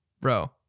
bro